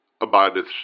abideth